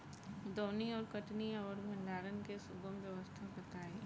दौनी और कटनी और भंडारण के सुगम व्यवस्था बताई?